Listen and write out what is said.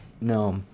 No